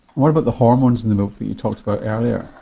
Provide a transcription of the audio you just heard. what about the hormones in the milk that you talked about earlier?